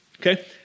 Okay